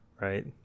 right